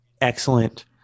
excellent